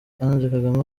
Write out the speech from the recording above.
kagame